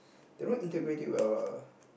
they don't integrate it well lah